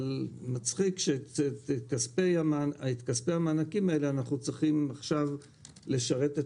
אבל מצחיק שבכספי המענקים האלה אנחנו צריכים עכשיו לשרת את